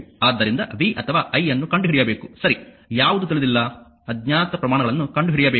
ಆದ್ದರಿಂದ v ಅಥವಾ i ಅನ್ನು ಕಂಡುಹಿಡಿಯಬೇಕು ಸರಿ ಯಾವುದು ತಿಳಿದಿಲ್ಲ ಅಜ್ಞಾತ ಪ್ರಮಾಣಗಳನ್ನು ಕಂಡುಹಿಡಿಯಬೇಕು